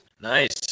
nice